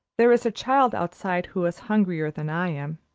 there is a child outside who is hungrier than i am.